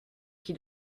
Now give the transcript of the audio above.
qui